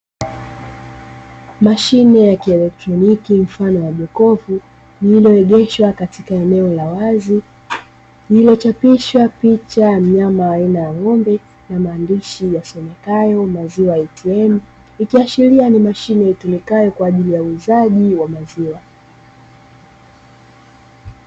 Mashine ya kieletroniki mfano wa jokofu lililoegeshwa katika eneo la wazi iliyochapishwa picha ya mnyama aina ya ng'ombe na maandishi yasomekayo "maziwa ATM". Ikiashiria ni mashine itumikayo kwa ajili ya uuzaji wa maziwa.